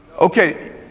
Okay